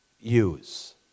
use